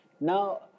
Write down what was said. Now